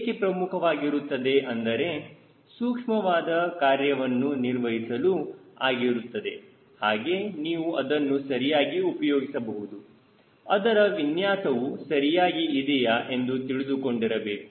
ಏಕೆ ಪ್ರಮುಖವಾಗಿರುತ್ತದೆ ಅಂದರೆ ಸೂಕ್ಷ್ಮವಾದ ಕಾರ್ಯವನ್ನು ನಿರ್ವಹಿಸಲು ಆಗಿರುತ್ತದೆ ಹಾಗೆ ನೀವು ಅದನ್ನು ಸರಿಯಾಗಿ ಉಪಯೋಗಿಸಬೇಕು ಅದರ ವಿನ್ಯಾಸವು ಸರಿಯಾಗಿ ಇದೆಯಾ ಎಂದು ತಿಳಿದುಕೊಂಡಿರಬೇಕು